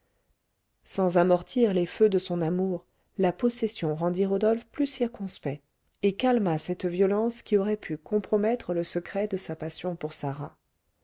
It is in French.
sans amortir les feux de son amour la possession rendit rodolphe plus circonspect et calma cette violence qui aurait pu compromettre le secret de sa passion pour sarah